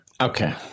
Okay